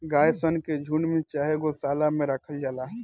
गाय सन के झुण्ड में चाहे गौशाला में राखल जाला